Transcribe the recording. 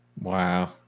Wow